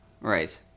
Right